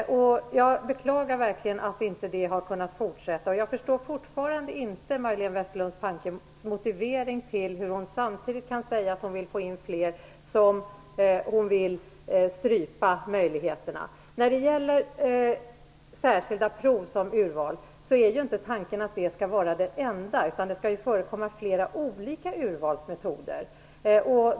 Jag beklagar att det inte har kunnat fortsätta. Jag förstår fortfarande inte Majléne Westerlund Pankes motivering när hon säger att hon vill få in fler, samtidigt som hon vill strypa möjligheterna. Det är ju inte tanken att särskilda prov skall vara den enda urvalsmetoden. Det skall finnas flera olika urvalsmetoder.